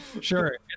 sure